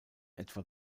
etwa